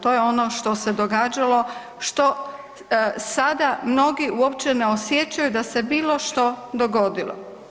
To je ono što se događalo, što sada mnogi uopće ne osjećaju da se bilo što dogodilo.